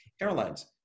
Airlines